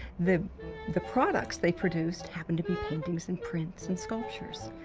the the products they produced happened to be paintings and prints and sculptures,